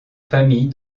famille